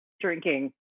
drinking